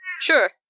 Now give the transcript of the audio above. sure